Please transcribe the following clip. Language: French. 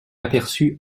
aperçu